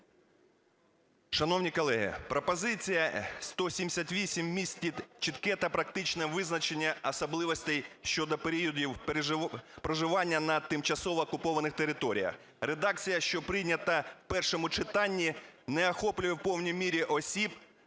Шановні колеги, пропозиція 178 містить чітке та практичне визначення особливостей щодо періодів проживання на тимчасово окупованих територіях. Редакція, що прийнята в першому читанні, не охоплює в повній мірі осіб,